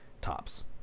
tops